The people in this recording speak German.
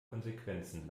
konsequenzen